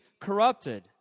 corrupted